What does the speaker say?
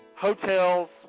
hotels